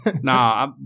Nah